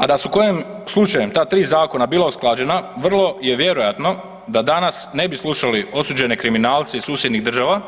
A da su kojim slučajem ta 3 zakona bila usklađena vrlo je vjerojatno da danas ne bi slušali osuđene kriminalne iz susjednih država